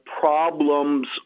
problems